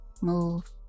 move